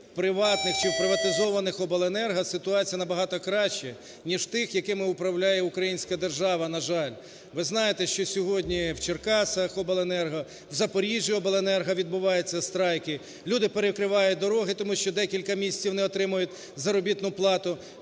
приватних чи в приватизованих обленерго ситуація набагато краща, ніж тих, якими управляє українська держава, на жаль. Ви знаєте, що сьогодні в "Черкасах обленерго", в "Запоріжжі обленерго" відбуваються страйки. Люди перекривають дороги, тому що декілька місяців не отримують заробітну плату.